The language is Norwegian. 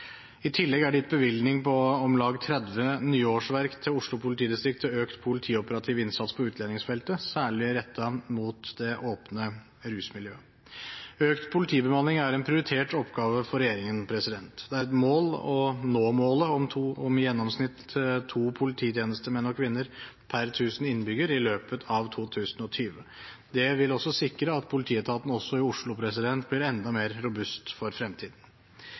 I tillegg er det gitt bevilgning til om lag 30 nye årsverk til Oslo politidistrikt til økt politioperativ innsats på utlendingsfeltet, særlig rettet mot det åpne rusmiljøet. Økt politibemanning er en prioritert oppgave for regjeringen. Det er et mål å nå målet om i gjennomsnitt to polititjenestemenn og -kvinner per 1 000 innbyggere i løpet av 2020. Det vil også sikre at politietaten i Oslo blir enda mer robust for fremtiden.